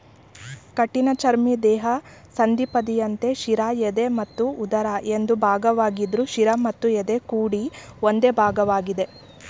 ಕಠಿಣಚರ್ಮಿ ದೇಹ ಸಂಧಿಪದಿಯಂತೆ ಶಿರ ಎದೆ ಮತ್ತು ಉದರ ಎಂದು ಭಾಗವಾಗಿದ್ರು ಶಿರ ಮತ್ತು ಎದೆ ಕೂಡಿ ಒಂದೇ ಭಾಗವಾಗಿದೆ